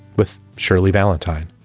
with shirley valentine.